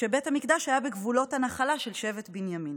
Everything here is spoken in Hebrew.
שבית המקדש היה בגבולות הנחלה של שבט בנימין.